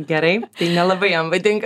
gerai nelabai jam patinka